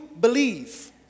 believe